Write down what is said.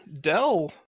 Dell